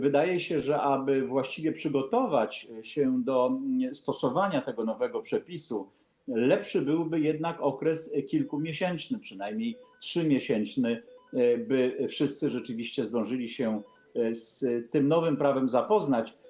Wydaje się, że aby właściwie przygotować się do stosowania tego nowego przepisu, lepszy byłby jednak okres kilkumiesięczny, przynajmniej 3-miesięczny, by wszyscy rzeczywiście zdążyli się z tym nowym prawem zapoznać.